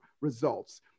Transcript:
results